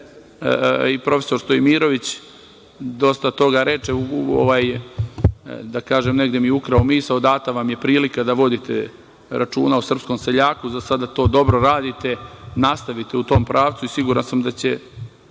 i profesor Stojimirović dosta toga reče, da kažem, negde mi je ukrao misao, data vam je prilika da vodite računa o srpskom seljaku, za sada to dobro radite. Nastavite u tom pravcu i siguran sam da će